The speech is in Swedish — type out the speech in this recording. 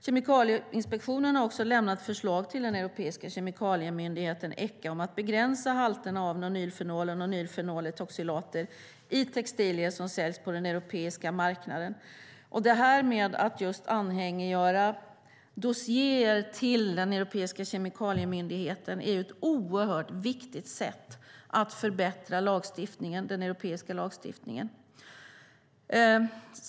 Kemikalieinspektionen har också lämnat förslag till den europeiska kemikaliemyndigheten ECHA om att begränsa halterna av nonylfenol och nonylfenoletoxilater i textilier som säljs på den europeiska marknaden. Att anhängiggöra dossierer till den europeiska kemikaliemyndigheten är ett oerhört viktigt sätt att förbättra den europeiska lagstiftningen.